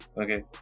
Okay